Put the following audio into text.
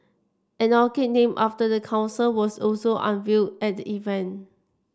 an orchid named after the council was also unveiled at the event